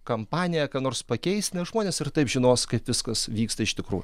kampanija ką nors pakeis nes žmonės ir taip žinos kaip viskas vyksta iš tikrųjų